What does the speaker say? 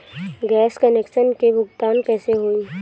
Gas connection के भुगतान कैसे होइ?